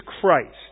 Christ